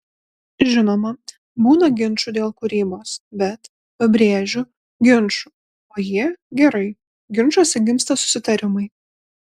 žinoma būna ginčų dėl kūrybos bet pabrėžiu ginčų o jie gerai ginčuose gimsta susitarimai